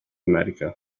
america